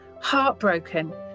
heartbroken